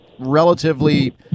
relatively